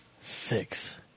Six